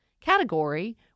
category